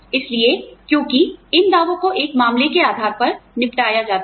इसलिए आप जानते हैं क्योंकि इन दावों को एक मामले के आधार पर निपटाया जाता है